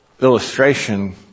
illustration